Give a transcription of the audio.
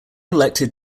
elected